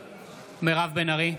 (קורא בשמות חברי הכנסת) מירב בן ארי,